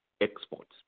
exports